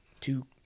two